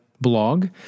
blog